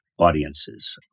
audiences